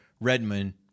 Redmond